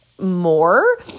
more